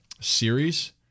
series